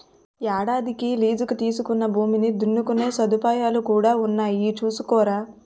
ఏడాదికి లీజుకి తీసుకుని భూమిని దున్నుకునే సదుపాయాలు కూడా ఉన్నాయి చూసుకోరా